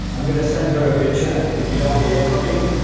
i'm gonna send her a picture and if you don't hear from me.